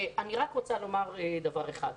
אני רק רוצה לומר דבר אחד.